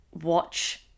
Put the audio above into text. watch